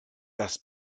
das